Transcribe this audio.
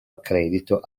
accredito